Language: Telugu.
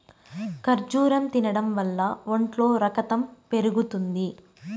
ఖర్జూరం తినడం వల్ల ఒంట్లో రకతం పెరుగుతుంది